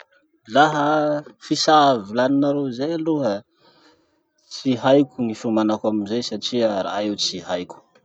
Laha fisà volaninareo zay aloha, tsy haiko gny fiomanako amizay satria raha io tsy haiko.